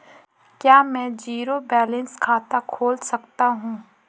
क्या मैं zero balance खाता खोल सकता हूँ?